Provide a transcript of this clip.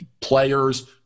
players